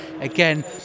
Again